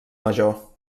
major